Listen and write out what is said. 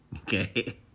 Okay